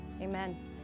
amen